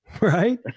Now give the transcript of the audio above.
right